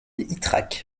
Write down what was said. ytrac